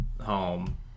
home